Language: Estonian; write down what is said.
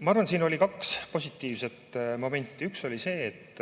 Ma arvan, et siin oli kaks positiivset momenti. Üks oli see, et